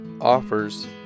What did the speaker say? offers